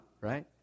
right